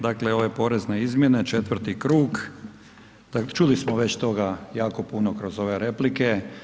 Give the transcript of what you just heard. Dakle ove porezne izmjene 4. krug, čuli smo već toga jako puno kroz ove replike.